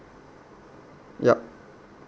yup